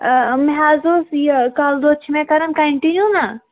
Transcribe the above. مےٚ حظ اوس یہِ کَلہٕ دود چھُ مےٚ کَران کَنٹِنیوٗ نا